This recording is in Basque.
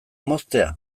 moztea